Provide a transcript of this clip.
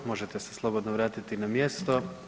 Možete se slobodno vratiti na mjesto.